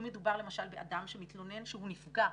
אם מדובר למשל באדם שמתלונן שהוא נפגע,